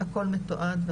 הכול מתועד.